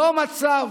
לא במצב